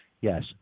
Yes